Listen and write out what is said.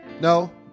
No